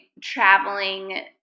traveling